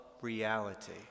reality